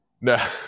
No